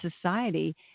society